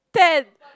Tans